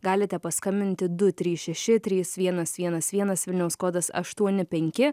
galite paskambinti du trys šeši trys vienas vienas vienas vilniaus kodas aštuoni penki